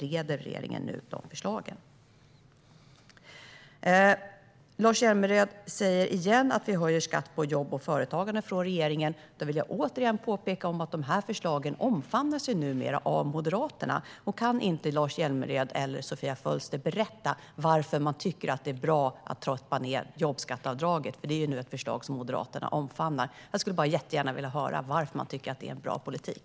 Regeringen bereder nu de förslagen. Lars Hjälmered säger igen att regeringen höjer skatten på jobb och företagande. Jag vill återigen påpeka att de här förslagen numera omfamnas av Moderaterna. Kan inte Lars Hjälmered eller Sofia Fölster berätta varför man tycker att det är bra att trappa ned jobbskatteavdraget? Det är ju ett förslag som Moderaterna omfamnar nu. Jag vill jättegärna höra varför man tycker att det är bra politik.